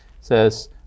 says